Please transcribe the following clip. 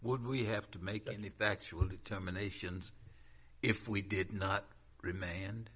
would we have to make only factual determinations if we did not remain